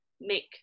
make